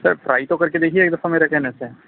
سر try تو کر کے دیکھیے ایک دفع میرے کہنے سے